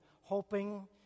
hoping